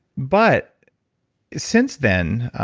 but since then,